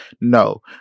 No